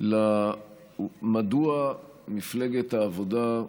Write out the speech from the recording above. מדוע מפלגת העבודה,